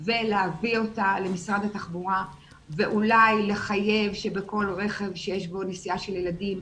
ולהביא אותה למשרד התחבורה ואולי לחייב שבכל רכב שיש בו נסיעה של ילדים,